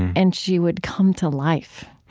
and she would come to life.